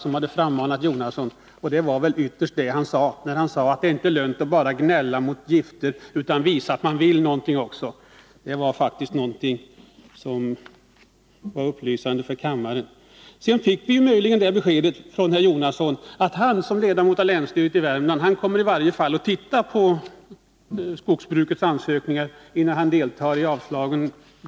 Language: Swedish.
Bertil Jonasson sade ju också att det inte är lönt att bara Fredagen den gnälla mot gifter, utan att man också måste vara beredd att göra en 30 oktober 1981 insats. Sedan fick vi möjligen det beskedet från Bertil Jonasson, att som ledamot av länsstyrelsen i Värmland kommer i varje fall han att titta på skogsbrukets ansökningar om dispens innan han deltar i avslagen.